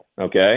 okay